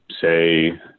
say